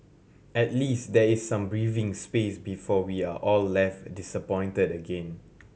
at least there is some breathing space before we are all left disappointed again